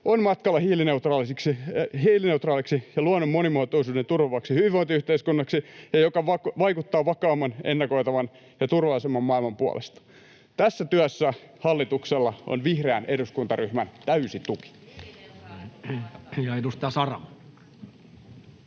on matkalla hiilineutraaliksi ja luonnon monimuotoisuuden turvaavaksi hyvinvointiyhteiskunnaksi ja joka vaikuttaa vakaamman, ennakoitavan ja turvallisemman maailman puolesta. Tässä työssä hallituksella on vihreän eduskuntaryhmän täysi tuki.